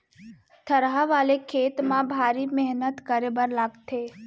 थरहा वाले खेत म भारी मेहनत करे बर लागथे